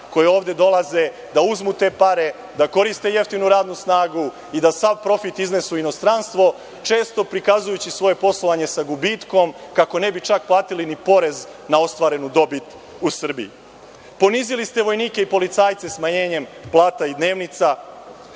koje ovde dolaze da uzmu te pare, da koriste jeftinu radnu snagu i da sada profit iznesu u inostranstvo, često prikazujući svoje poslovanje sa gubitkom kako ne bi čak platili ni porez na ostvarenu dobit u Srbiji. Ponizili ste vojnike i policajce smanjenjem plata i dnevnica,